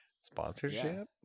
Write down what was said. Sponsorship